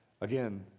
Again